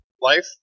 life